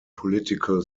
political